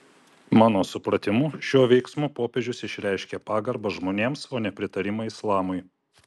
mano supratimu šiuo veiksmu popiežius išreiškė pagarbą žmonėms o ne pritarimą islamui